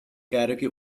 karaoke